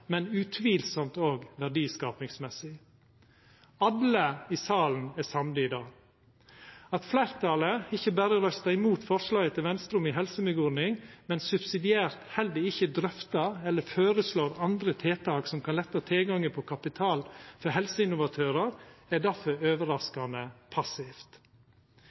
men utvilsamt òg verdiskapingsmessig. Alle i salen er samde om det. At fleirtalet ikkje berre røystar imot forslaget til Venstre om ei helsemyggordning, men subsidiært heller ikkje drøftar eller føreslår andre tiltak som kan letta tilgangen på kapital til helseinnovatørar, er derfor overraskande passivt.